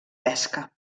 pesca